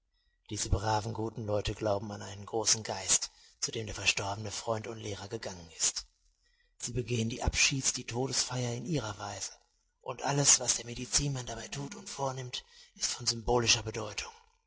diese braven guten leute glauben an einen großen geist zu dem der verstorbene freund und lehrer gegangen ist sie begehen die abschieds die todesfeier in ihrer weise und alles was der medizinmann dabei tut und vornimmt ist von symbolischer bedeutung